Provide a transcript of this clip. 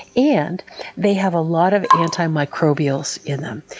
and they have a lot of antimicrobials in them,